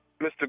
Mr